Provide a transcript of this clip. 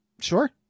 Sure